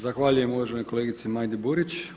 Zahvaljujem uvaženoj kolegici Majdi Burić.